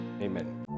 amen